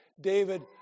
David